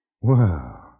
Wow